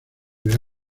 real